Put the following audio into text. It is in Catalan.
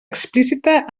explícita